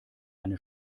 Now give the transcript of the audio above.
eine